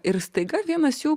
ir staiga vienas jų